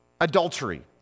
adultery